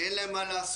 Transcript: כי אין להם מה לעשות.